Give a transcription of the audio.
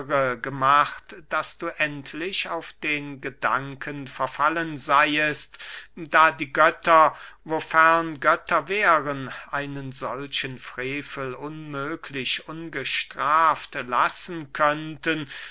gemacht daß du endlich auf den gedanken verfallen seyest da die götter wofern götter wären einen solchen frevel unmöglich ungestraft lassen könnten